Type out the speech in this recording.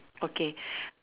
okay